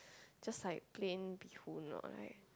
just like plain bee-hoon lor like